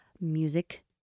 music